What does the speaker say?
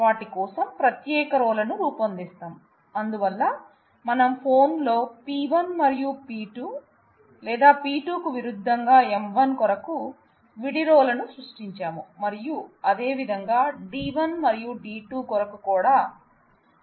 వాటి కోసం ప్రత్యేక రో లను సృష్టించాం మరియు అదేవిధంగా D 1 మరియు D 2 కొరకు కూడా